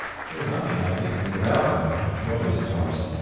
there's nothing magnificent about them, i assure you, said horace.